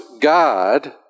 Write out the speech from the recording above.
God